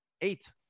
Eight